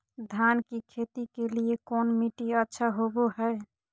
धान की खेती के लिए कौन मिट्टी अच्छा होबो है?